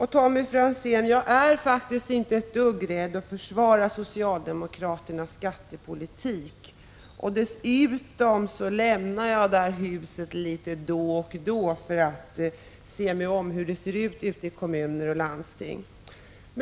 Till Tommy Franzén vill jag säga att jag faktiskt inte är ett dugg rädd att försvara socialdemokraternas skattepolitik. Jag vill tillägga att jag lämnar det här huset litet då och då för att se mig om hur det ser ut i kommuner och landsting.